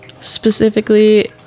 specifically